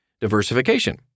Diversification